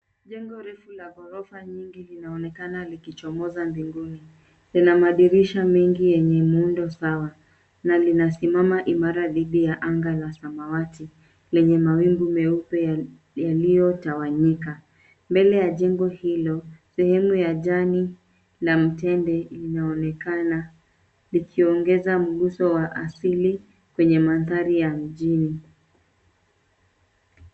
Jengo refu la gorofa nyingi linaonekana likichomoza mbinguni. Lina madirisha mengi yenye muundo sawa na lina simama imara dhidi ya anga la samawati lenye mawingu meupe yaliyotawanyika. Mbele ya jengo hilo, sehemu ya jani na mtende linaonekana likiongeza mguso wa asili kwenye madhari ya mjini.